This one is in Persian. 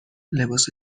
لباس